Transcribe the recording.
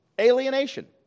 alienation